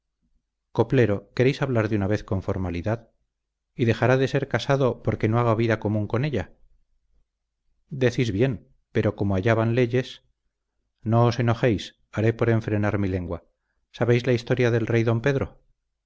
coplero queréis hablar alguna vez con formalidad y dejará de ser casado porque no haga vida común con ella decís bien pero como allá van leyes no os enojéis haré por enfrenar mi lengua sabéis la historia del rey don pedro